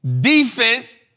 Defense